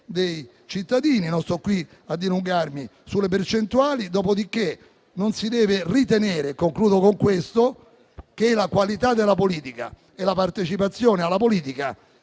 dei cittadini: non sto qui a dilungarmi sulle percentuali. Dopodiché non si deve ritenere - concludo con questo aspetto - che la qualità della politica e la partecipazione alla stessa